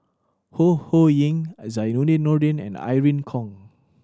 Ho Ho Ying Zainudin Nordin and Irene Khong